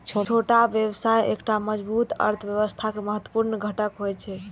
छोट व्यवसाय एकटा मजबूत अर्थव्यवस्थाक महत्वपूर्ण घटक होइ छै